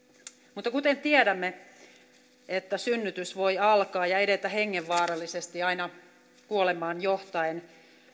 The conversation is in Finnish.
mutta kuten tiedämme synnytys voi alkaa ja edetä hengenvaarallisesti aina kuolemaan johtaen